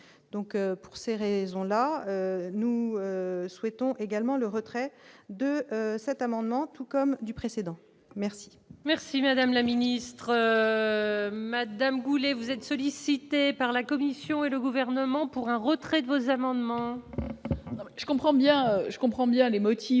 Donc, pour ces raisons-là, nous souhaitons également le retrait de cet amendement, tout comme du précédent merci. Merci madame la ministre Madame Goulet vous êtes sollicité par la Commission et le gouvernement pour un retrait de vos amendements. Je comprends bien, je